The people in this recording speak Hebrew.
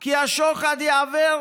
כי השחד יעוֵר